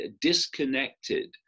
disconnected